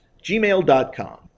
gmail.com